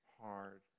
hard